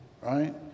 Right